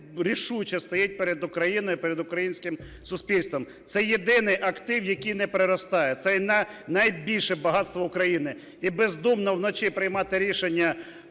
найрішуче стоїть перед Україною, перед українським суспільством. Це єдиний актив, який не приростає. Це найбільше багатство України. І бездумно вночі приймати рішення